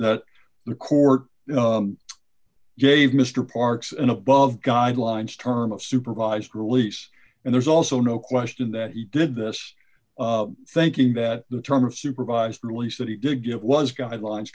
that the court gave mr parks an above guidelines term of supervised release and there's also no question that he did this thinking that the term of supervised release that he did give was guidelines